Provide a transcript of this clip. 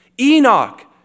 Enoch